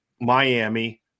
Miami